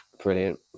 Brilliant